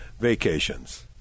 vacations